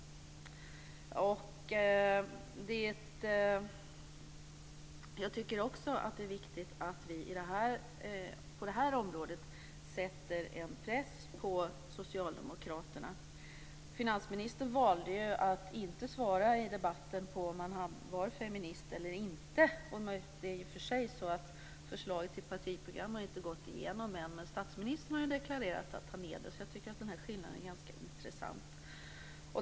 Jag tycker också att det är viktigt att vi på detta område sätter en press på Socialdemokraterna. Finansministern valde att inte svara i debatten på om han är feminist eller inte. I och för sig har förslaget till partiprogram inte gått igenom än, men statsministern har ju deklarerat att han är feminist. Jag tycker att skillnaden är ganska intressant.